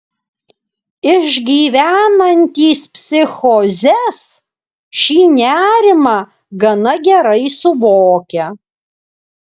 išgyvenantys psichozes šį nerimą gana gerai suvokia